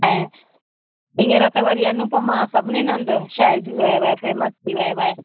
ऐं हीअंर त वरी अनूपमा सभिनीनि हंधि छाइजी वियो आहे फ़ेमस थी वियो आहे